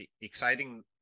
exciting